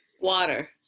Water